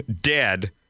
dead